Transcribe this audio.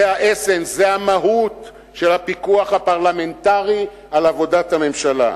זה ה-,essence זה המהות של הפיקוח הפרלמנטרי על עבודת הממשלה.